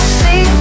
see